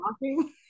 walking